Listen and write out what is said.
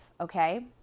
okay